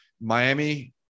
Miami